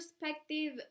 perspective